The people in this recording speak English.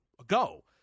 ago